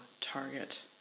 target